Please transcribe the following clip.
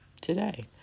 today